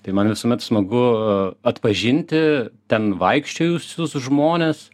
tai man visuomet smagu atpažinti ten vaikščiojusius žmones